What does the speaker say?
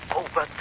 over